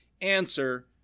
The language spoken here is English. answer